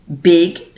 big